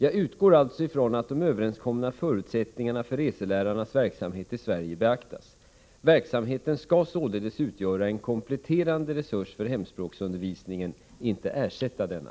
Jag utgår alltså ifrån att de överenskomna förutsättningarna för reselärarnas verksamhet i Sverige beaktas. Verksamheten skall således utgöra en kompletterande resurs för hemspråksundervisningen, inte ersätta denna.